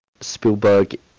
Spielberg